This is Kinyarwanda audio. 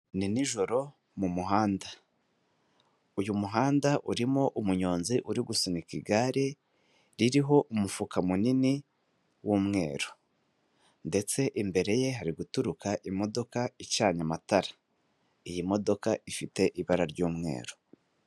Ni nijoro mu muhanda uyu muhanda urimo umunyonzi uri gusunika igare ririho umufuka munini w'umweru ndetse imbere ye hari guturuka imodoka icanye amatara, iyi modoka ifite ibara ry'umweru.